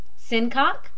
Sincock